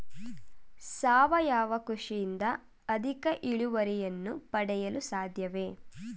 ಸಾವಯವ ಕೃಷಿಯಿಂದ ಅಧಿಕ ಇಳುವರಿಯನ್ನು ಪಡೆಯಲು ಸಾಧ್ಯವೇ?